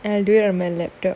and where are my laptop